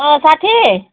साथी